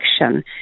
action